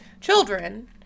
children